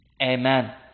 Amen